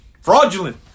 fraudulent